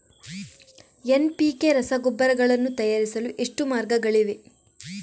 NPK ರಸಗೊಬ್ಬರಗಳನ್ನು ತಯಾರಿಸಲು ಎಷ್ಟು ಮಾರ್ಗಗಳಿವೆ?